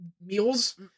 Meals